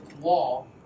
wall